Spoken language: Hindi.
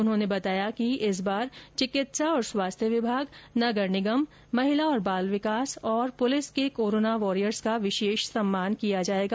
उन्होंने बताया कि इस बार चिकित्सा एवं स्वास्थ्य विभाग नगर निगम महिला एवं बाल विकास और पुलिस के कोरोना वॉरियर्स का विशेष सम्मान किया जाएगा